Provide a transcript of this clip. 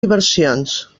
diversions